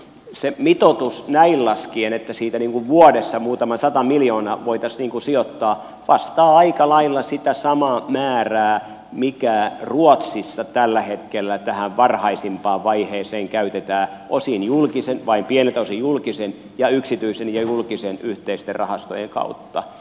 se mitoitus näin laskien että siitä vuodessa muutama sata miljoonaa voitaisiin sijoittaa vastaa aika lailla sitä samaa määrää mikä ruotsissa tällä hetkellä tähän varhaisimpaan vaiheeseen käytetään osin julkisen vain pieneltä osin julkisen panostuksen ja yksityisen ja julkisen yhteisten rahastojen kautta